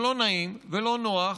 אבל לא נעים ולא נוח,